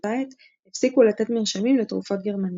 באותה עת הפסיקו לתת מרשמים לתרופות גרמניות.